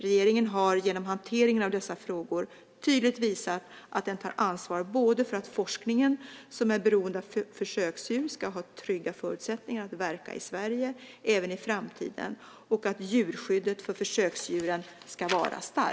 Regeringen har, genom hanteringen av dessa frågor, tydligt visat att den tar ansvar för både att forskning som är beroende av försöksdjur ska ha trygga förutsättningar att verka i Sverige även i framtiden och att djurskyddet för försöksdjuren ska vara starkt.